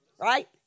Right